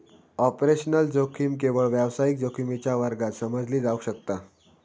operational जोखीम केवळ व्यावसायिक जोखमीच्या वर्गात समजली जावक शकता